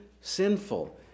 sinful